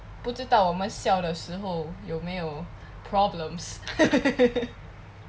不知道我们笑的时候有没有 problems